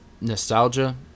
Nostalgia